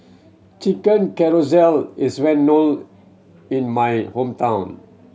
Chicken Casserole is well known in my hometown